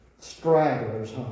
Stragglers